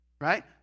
Right